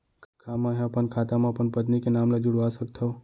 का मैं ह अपन खाता म अपन पत्नी के नाम ला जुड़वा सकथव?